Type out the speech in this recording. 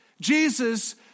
Jesus